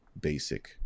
basic